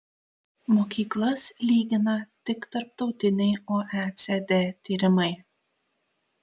mokyklas lygina tik tarptautiniai oecd tyrimai